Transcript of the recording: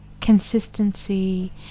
consistency